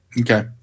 Okay